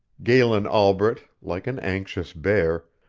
galen albret, like an anxious bear,